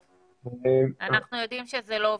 טוב, אנחנו יודעים שזה לא עובד.